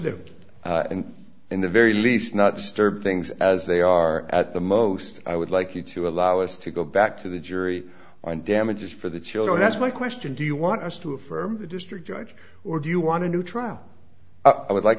and in the very least not stirred things as they are at the most i would like you to allow us to go back to the jury and damages for the children that's my question do you want us to affirm the district judge or do you want to do trial i would like